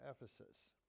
Ephesus